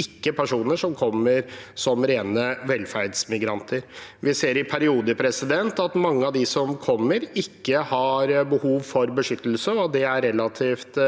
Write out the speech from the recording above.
ikke personer som kommer som rene velferdsmigranter. Vi ser i perioder at mange av dem som kommer, ikke har behov for beskyttelse, og det er relativt